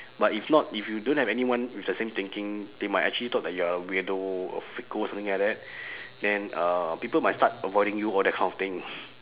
but if not if you don't have anyone with the same thinking they might actually thought that you are a weirdo a freako or something like that then uh people might start avoiding you all that kind of thing